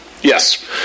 Yes